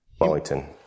Wellington